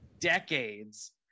decades